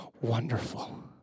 wonderful